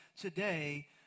today